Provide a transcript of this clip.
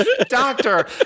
doctor